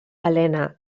helena